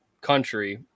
country